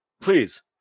Please